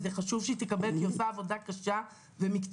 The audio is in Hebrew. וזה חשוב שהיא תקבל כי היא עושה עבודה קשה ומקצועית.